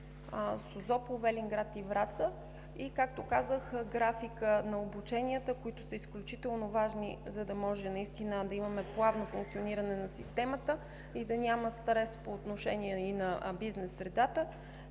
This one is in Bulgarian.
Созопол, Велинград и Враца и, както казах, графикът на обученията, които са изключително важни, за да може наистина да имаме плавно функциониране на системата и да няма стрес по отношение и на бизнес средата